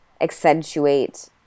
accentuate